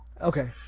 Okay